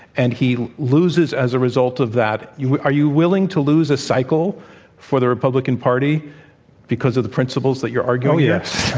and he loses as a result of that. are you willing to lose a cycle for the republican party because of the principles that you're arguing? oh, yes.